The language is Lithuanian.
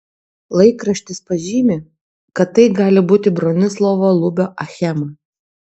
laikraštis pažymi kad tai gali būti bronislovo lubio achema